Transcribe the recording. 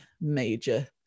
major